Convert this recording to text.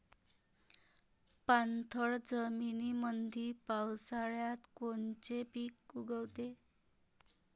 पाणथळ जमीनीमंदी पावसाळ्यात कोनचे पिक उगवते?